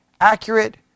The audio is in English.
accurate